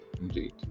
indeed